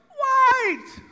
white